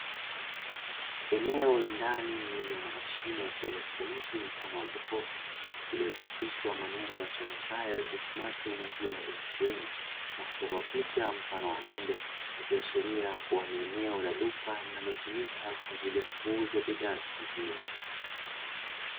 Eneo la ndani lililo na mashine mfano wa jokofu iliyochapishwa maneno yasomekayo " TASMATI MAZIWA ATM " na kuchorwa picha mfano wa ng'ombe ikiashiria kuwa ni eneo la duka linalotumika kwa ajili ya kuuza bidhaa za maziwa.